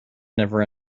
never